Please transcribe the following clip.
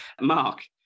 Mark